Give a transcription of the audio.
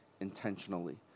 intentionally